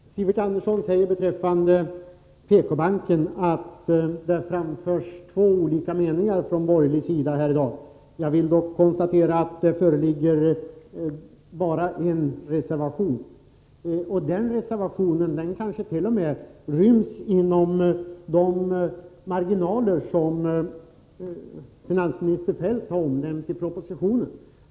Fru talman! Sivert Andersson säger beträffande PK-banken att det har framförts två olika meningar från borgerlig sida här i dag. Jag konstaterar dock att det bara föreligger en reservation — och den reservationen kanske t.o.m. ryms inom de marginaler som finansminister Feldt har omnämnt i propositionen.